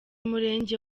murenge